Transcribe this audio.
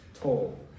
Tall